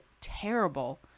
terrible